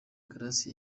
grace